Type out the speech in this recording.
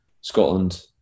Scotland